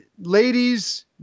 ladies